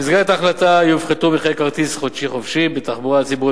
במסגרת ההחלטה יופחתו מחירי כרטיס "חופשי-חודשי" בתחבורה הציבורית